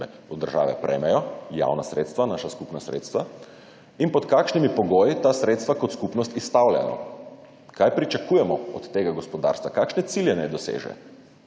od države prejmejo – javna sredstva, naša skupna sredstva – in pod kakšnimi pogoji ta sredstva kot skupnost izstavljamo, kaj pričakujemo od tega gospodarstva, kakšne cilje naj doseže.